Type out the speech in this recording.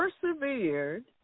persevered